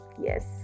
Yes